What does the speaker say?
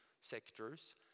sectors